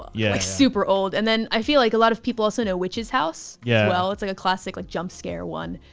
yeah like super old. and then i feel like a lot of people also know witch's house as yeah well. it's like a classic, like jump scare one.